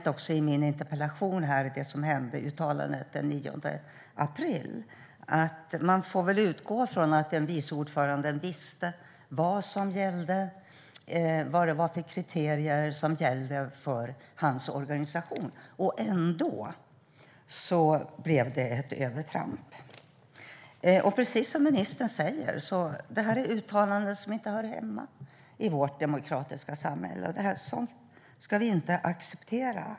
Jag har i min interpellation nämnt det uttalande som gjordes den 9 april. Man får väl utgå från att en vice ordförande visste vad det var för kriterier som gällde för hans organisation. Ändå blev det ett övertramp. Precis som ministern säger är det här uttalanden som inte hör hemma i vårt demokratiska samhälle. Sådant ska vi inte acceptera.